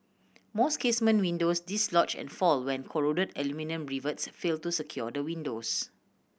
most casement windows dislodge and fall when corroded aluminium rivets fail to secure the windows